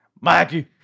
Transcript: Mikey